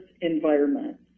environment